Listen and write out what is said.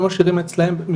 לא משאירים אצלם,